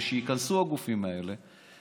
וייכנסו הגופים האלה.